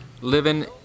living